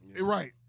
Right